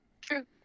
True